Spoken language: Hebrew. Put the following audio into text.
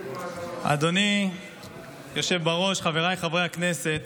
אדוני היושב בראש, חבריי חברי הכנסת,